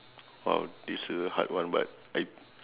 !wow! this is a hard one but I